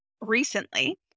recently